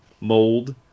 mold